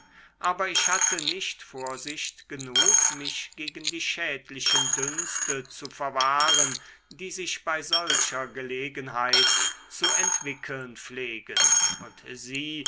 aber ich hatte nicht vorsicht genug mich gegen die schädlichen dünste zu verwahren die sich bei solcher gelegenheit zu entwickeln pflegen und sie